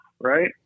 right